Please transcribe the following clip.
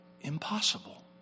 impossible